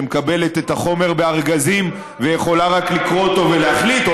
שמקבלת את החומר בארגזים ויכולה רק לקרוא אותו ולהחליט,